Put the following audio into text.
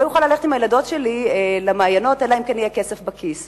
לא אוכל ללכת עם הילדות שלי למעיינות אלא אם כן יהיה כסף בכיס.